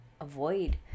avoid